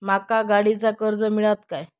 माका गाडीचा कर्ज मिळात काय?